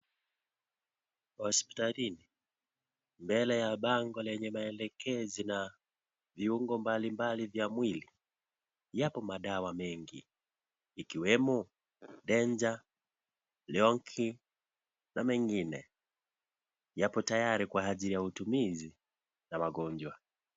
Hospitalini, mbele ya bango lenye maelekezi na viungo mbali mbali vya mwili. Yapo madawa mengi ikiwemo, Deja, Leoki na mengine. Yapo tayari kwa ajili ya utumizi na magonjwa.